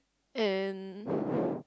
and